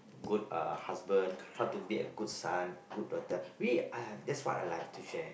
good uh husband how to be a good son good daughter we uh yeah that's what I like to share